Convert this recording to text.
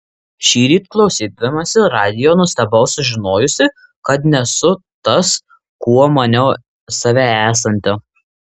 šįryt klausydamasi radijo nustebau sužinojusi kad nesu tas kuo maniau save esanti